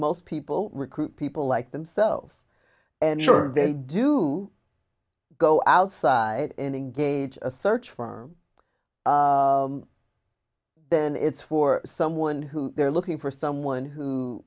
most people recruit people like themselves and sure they do go outside and engage a search for then it's for someone who they're looking for someone who